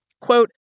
Quote